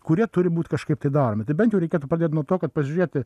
kurie turi būti kažkaip tai daromi tai bent jau reikėtų pradėti nuo to kad pažiūrėti